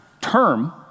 term